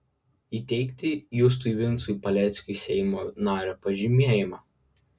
įteikti justui vincui paleckiui seimo nario pažymėjimą